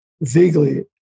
vaguely